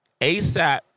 ASAP